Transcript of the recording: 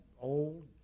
old